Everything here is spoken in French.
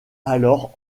alors